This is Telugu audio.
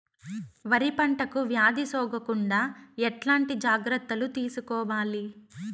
వరి పంటకు వ్యాధి సోకకుండా ఎట్లాంటి జాగ్రత్తలు తీసుకోవాలి?